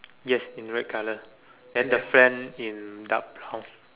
yes in red colour and the fan in dark brown